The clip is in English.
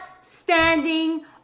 standing